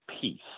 peace